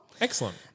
Excellent